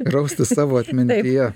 raustis savo atmintyje